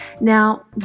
Now